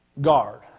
Guard